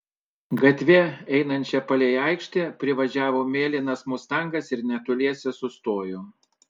gatve einančia palei aikštę privažiavo mėlynas mustangas ir netoliese sustojo